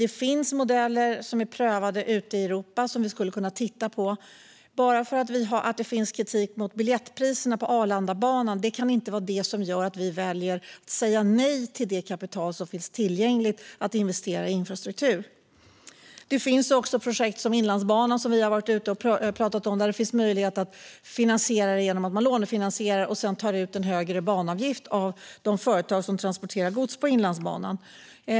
Det finns modeller som är prövade ute i Europa som vi skulle kunna titta på. Att det finns kritik mot biljettpriserna på Arlandabanan kan inte göra att vi säger nej till det kapital som finns tillgängligt för investering i infrastruktur. Det finns också projekt som Inlandsbanan, som vi har varit ute och pratat om, där det finns möjlighet att lånefinansiera och sedan ta ut en högre banavgift av de företag som transporterar gods på banan.